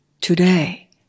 Today